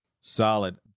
Solid